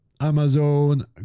amazon